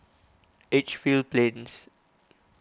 Edgefield Plains